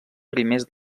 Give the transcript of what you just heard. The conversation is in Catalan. primers